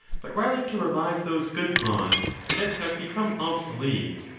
but rather to revive those good laws that have become obsolete,